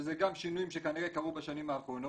שזה גם שינויים שכנראה קרו בשנים האחרונות.